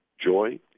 joy